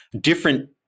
Different